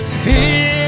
fear